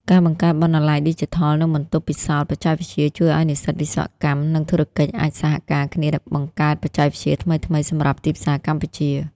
ការបង្កើតបណ្ណាល័យឌីជីថល និងបន្ទប់ពិសោធន៍បច្ចេកវិទ្យា ជួយឱ្យនិស្សិតវិស្វកម្ម និងធុរកិច្ចអាចសហការគ្នាបង្កើតបច្ចេកវិទ្យាថ្មីៗសម្រាប់ទីផ្សារកម្ពុជា។